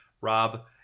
Rob